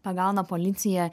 pagauna policija